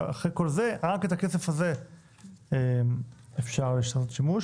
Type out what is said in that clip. אחרי כל זה רק בכסף הזה אפשר לעשות שימוש